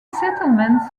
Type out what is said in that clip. settlements